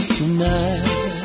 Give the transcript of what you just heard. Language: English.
Tonight